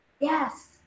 Yes